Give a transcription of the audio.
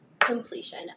completion